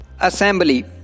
Assembly